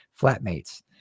flatmates